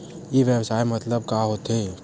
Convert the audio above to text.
ई व्यवसाय मतलब का होथे?